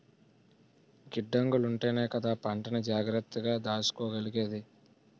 గిడ్డంగులుంటేనే కదా పంటని జాగ్రత్తగా దాసుకోగలిగేది?